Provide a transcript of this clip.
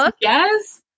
yes